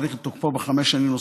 להאריך את תוקפו בחמש שנים.